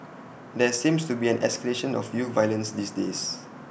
there seems to be an escalation of youth violence these days